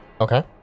Okay